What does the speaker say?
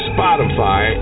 Spotify